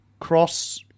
cross